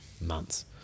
months